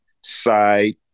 side